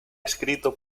escrito